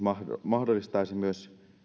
mahdollistaisi myös